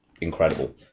incredible